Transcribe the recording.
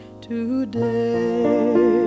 today